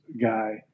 guy